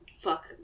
fuck